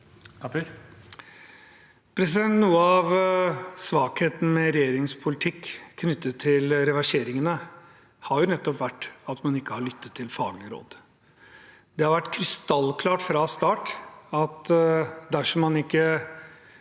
Noe av svakheten med regjeringens politikk knyttet til reverseringene har nettopp vært at man ikke har lyttet til faglige råd. Det har vært krystallklart fra start at dersom man ikke